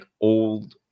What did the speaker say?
old